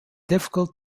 difficult